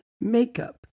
makeup